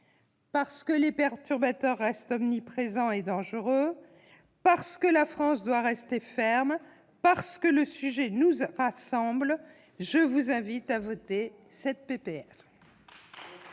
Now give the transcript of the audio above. parce que les perturbateurs restent omniprésents et dangereux, parce que la France doit rester ferme, parce que ce sujet nous rassemble, je vous invite à voter cette